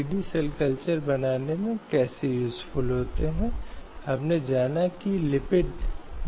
वे भारतीय संविधान के अनुच्छेद 19 में इस तरह के प्रतिबंध उचित प्रतिबंधों के अधीन हैं